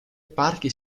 parchi